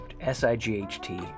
S-I-G-H-T